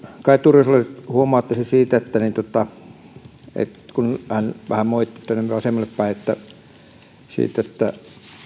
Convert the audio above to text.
kaj turuselle huomauttaisin siitä että kun hän vähän moitti tänne vasemmalle päin siitä että